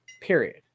Period